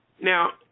Now